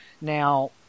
Now